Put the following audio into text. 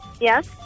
Yes